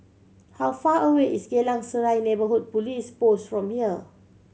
how far away is Geylang Serai Neighbourhood Police Post from here